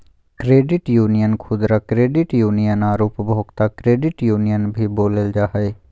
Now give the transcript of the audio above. credit union खुदरा credit union आर उपभोक्ता क्रेडिट यूनियन भी बोलल जा हइ